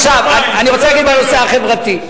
עכשיו אני רוצה להגיד בנושא החברתי.